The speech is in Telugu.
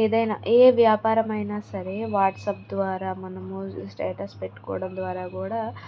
ఏదైనా ఏ వ్యాపారమైన సరే వాట్సప్ ద్వారా మనం రోజు స్టేటస్ పెట్టుకోవడం ద్వారా కూడా